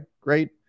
great